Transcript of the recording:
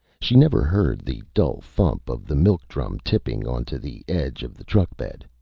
she never heard the dull thump of the milk drum tipping onto the edge of the truck bed.